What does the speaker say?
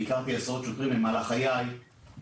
והכרתי עשרות שוטרים במהלך חיי בדיונים.